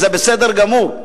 וזה בסדר גמור.